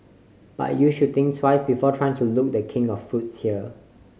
but you should think twice before trying to loot The King of fruits here